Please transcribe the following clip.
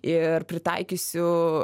ir pritaikysiu